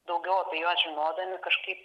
daugiau apie juos žinodami kažkaip